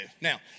Now